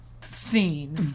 Scene